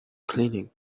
clinic